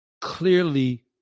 clearly